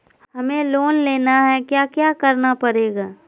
हमें लोन लेना है क्या क्या करना पड़ेगा?